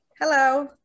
Hello